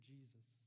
Jesus